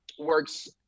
works